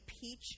peach